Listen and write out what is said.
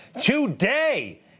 today